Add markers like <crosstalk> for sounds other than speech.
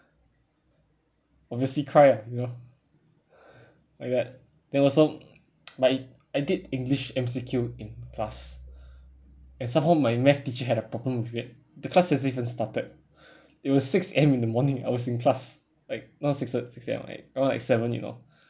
obviously cry ah you know like that then also <noise> my I did english M_C_Q in class and somehow my math teacher had a problem with it the class hasn't even started <breath> it was six A_M in the morning I was in class like not six uh six A_M more like seven you know